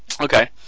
Okay